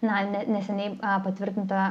na ne neseniai patvirtinta